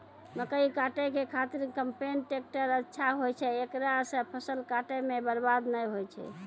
मकई काटै के खातिर कम्पेन टेकटर अच्छा होय छै ऐकरा से फसल काटै मे बरवाद नैय होय छै?